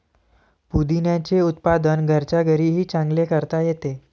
पुदिन्याचे उत्पादन घरच्या घरीही चांगले करता येते